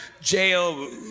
jail